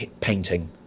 painting